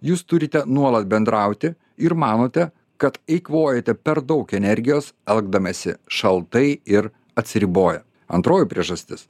jūs turite nuolat bendrauti ir manote kad eikvojate per daug energijos elgdamiesi šaltai ir atsiriboję antroji priežastis